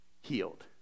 healed